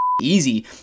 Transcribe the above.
Easy